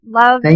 love